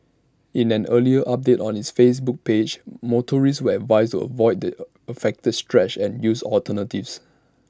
in an earlier update on its Facebook page motorists were advised to avoid the affected stretch and use alternatives